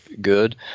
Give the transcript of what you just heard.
good